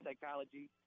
psychology